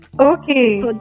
Okay